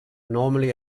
normally